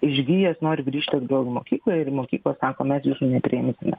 išgijęs nori grįžti atgalį mokyklą ir mokykla sako mes nepriimsime